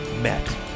met